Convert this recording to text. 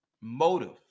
motive